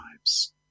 lives